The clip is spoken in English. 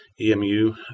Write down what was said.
EMU